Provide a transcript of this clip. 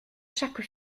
chaque